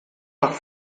nach